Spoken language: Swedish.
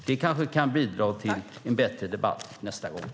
Det kanske kan bidra till en bättre debatt nästa gång.